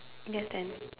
yes stand